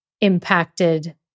impacted